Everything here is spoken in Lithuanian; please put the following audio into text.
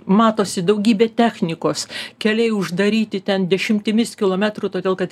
matosi daugybė technikos keliai uždaryti ten dešimtimis kilometrų todėl kad